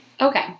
Okay